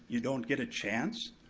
you don't get a chance?